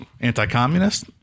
Anti-communist